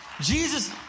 Jesus